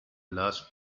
last